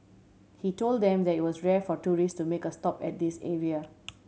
he told them that it was rare for tourist to make a stop at this area